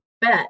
bet